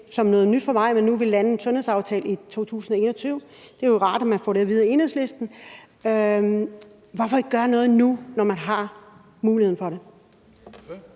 hvad noget nyt for mig – lande en sundhedsaftale i 2021. Det er jo rart, at man får det at vide af Enhedslisten. Hvorfor ikke gøre noget nu, når man har muligheden for det?